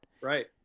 right